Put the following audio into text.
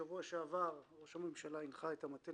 בשבוע שעבר ראש הממשלה הנחה את המטה